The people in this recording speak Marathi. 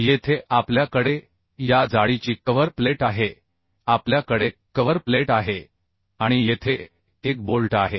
येथे आपल्या कडे या जाडीची कव्हर प्लेट आहे आपल्या कडे कव्हर प्लेट आहे आणि येथे एक बोल्ट आहे